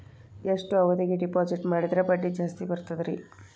ಎಷ್ಟು ಅವಧಿಗೆ ಡಿಪಾಜಿಟ್ ಮಾಡಿದ್ರ ಬಡ್ಡಿ ಜಾಸ್ತಿ ಬರ್ತದ್ರಿ?